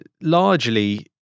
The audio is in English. largely